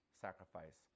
sacrifice